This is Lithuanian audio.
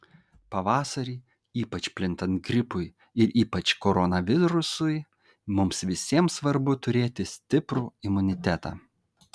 pavasarį ypač plintant gripui ir ypač koronavirusui mums visiems svarbu turėti stiprų imunitetą